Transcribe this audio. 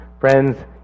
Friends